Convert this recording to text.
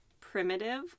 primitive